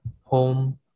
home